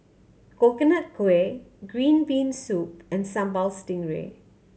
Coconut Kuih green bean soup and Sambal Stingray